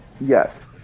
Yes